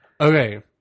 Okay